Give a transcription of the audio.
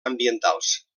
ambientals